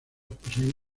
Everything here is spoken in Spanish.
poseen